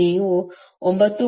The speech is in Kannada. ನೀವು 9